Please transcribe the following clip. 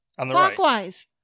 clockwise